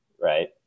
right